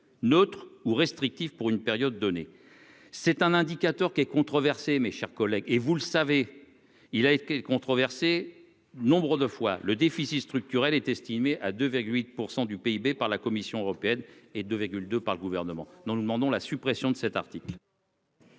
neutre ou restrictive pour une période donnée, c'est un indicateur qui est controversée, mes chers collègues, et vous le savez, il a été controversée, nombre de fois le déficit structurel est estimé à 2 8 % du PIB par la Commission européenne et de de par le gouvernement, nous nous demandons la suppression de cet article.